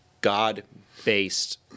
God-based